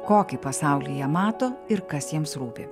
kokį pasaulį jie mato ir kas jiems rūpi